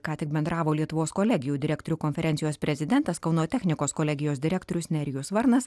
ką tik bendravo lietuvos kolegijų direktorių konferencijos prezidentas kauno technikos kolegijos direktorius nerijus varnas